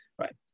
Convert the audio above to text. right